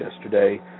yesterday